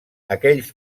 aquells